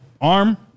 arm